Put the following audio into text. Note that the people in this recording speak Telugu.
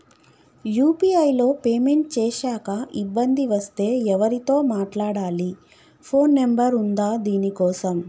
యూ.పీ.ఐ లో పేమెంట్ చేశాక ఇబ్బంది వస్తే ఎవరితో మాట్లాడాలి? ఫోన్ నంబర్ ఉందా దీనికోసం?